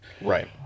Right